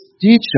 Teacher